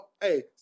hey